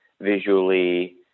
visually